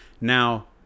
Now